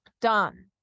done